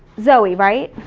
zoe, right?